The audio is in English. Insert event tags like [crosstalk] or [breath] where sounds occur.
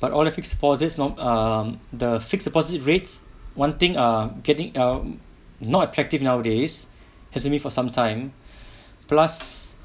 but all the fixed deposit not um the fixed deposit rates one thing uh getting um not attractive nowadays hasn't be for some time [breath] plus